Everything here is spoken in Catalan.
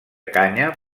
canya